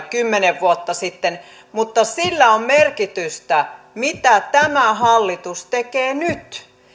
kymmenen vuotta sitten mutta sillä on merkitystä mitä tämä hallitus tekee